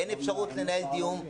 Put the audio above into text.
אין אפשרות לנהל דיון.